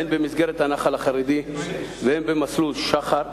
הן במסגרת הנח"ל החרדי והן במסלול שח"ר,